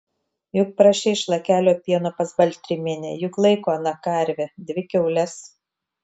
juk prašei šlakelio pieno pas baltrimienę juk laiko ana karvę dvi kiaules